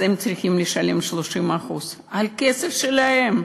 אז הם צריכים לשלם 30% על הכסף שלהם.